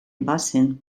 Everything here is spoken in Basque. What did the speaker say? bazen